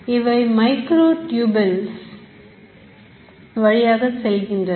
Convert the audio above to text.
இவை micro tubules வழியாக செல்கின்றன